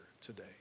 today